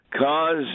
cause